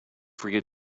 forget